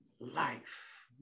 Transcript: life